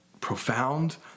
profound